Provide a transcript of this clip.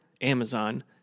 Amazon